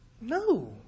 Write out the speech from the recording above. no